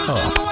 up